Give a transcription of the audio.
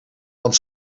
want